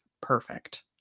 perfect